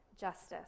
justice